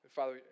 Father